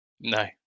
No